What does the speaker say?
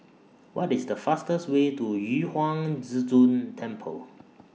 What IS The fastest Way to Yu Huang Zhi Zun Temple